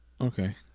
okay